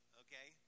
okay